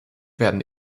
werden